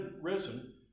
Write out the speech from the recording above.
risen